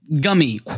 Gummy